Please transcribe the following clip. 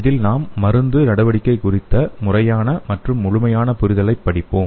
இதில் நாம் மருந்து நடவடிக்கை குறித்த முறையான மற்றும் முழுமையான புரிதலைப் படிப்போம்